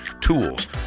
tools